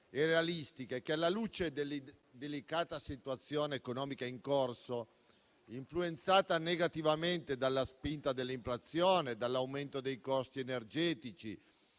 e realistiche. Alla luce delle delicata situazione economica in corso, influenzata negativamente dalla spinta dell'inflazione, dall'aumento dei costi energetici,